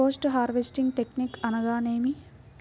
Post harvesting technique అనగా నేమి?